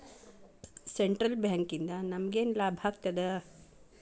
Central ಬ್ಯಾಂಕಿಂದ ನಮಗೇನ್ ಲಾಭಾಗ್ತದ?